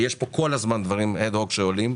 ויש פה כל הזמן דברים אד הוק שעולים,